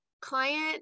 client